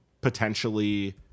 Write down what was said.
potentially